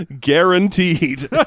Guaranteed